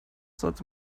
sollte